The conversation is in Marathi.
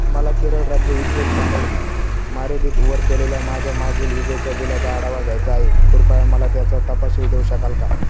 मला केरळ राज्य विद्युत मंडळ मर्यादितवर केलेल्या माझ्या मागील विजेच्या बिलाचा आढावा घ्यायचा आहे कृपया मला त्याचा तपशील देऊ शकाल का